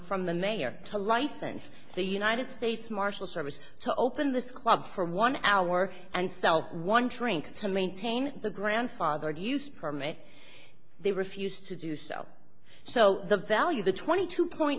from the mayor to license the united states marshal service to open this club for one hour and sell one drink to maintain the grandfathered use permit they refused to do so so the value the twenty two point